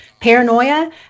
Paranoia